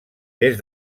des